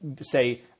say